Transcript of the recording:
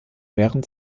während